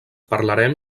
parlarem